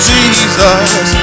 Jesus